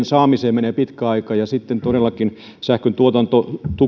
saamiseen menee pitkä aika ja sitten todellakin sähköntuotantotuen